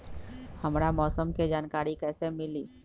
हमरा मौसम के जानकारी कैसी मिली?